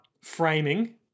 framing